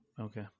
Okay